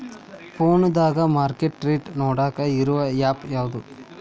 ಫೋನದಾಗ market rate ನೋಡಾಕ್ ಇರು ಆ್ಯಪ್ ಯಾವದು?